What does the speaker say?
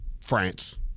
France